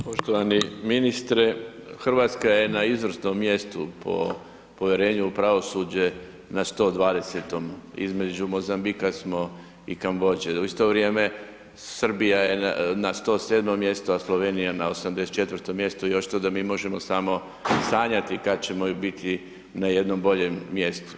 Poštovani ministre, Hrvatska je na izvrsnom mjestu po povjerenju u pravosuđe, na 120., između Mozambika smo i Kambodže dok u isto vrijeme Srbija je na 107. mjestu a Slovenija na 84. mjestu, još to mi možemo samo sanjati kad ćemo biti na jednom boljem mjestu.